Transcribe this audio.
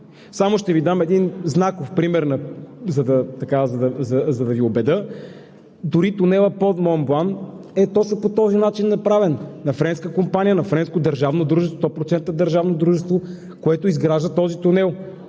начин. Ще Ви дам един знаков пример, за да Ви убедя: дори тунелът под Монблан е точно по този начин направен – на френска компания, на френско държавно дружество, 100% държавно дружество, което изгражда този тунел.